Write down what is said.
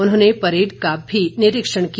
उन्होंने परेड का भी निरीक्षण किया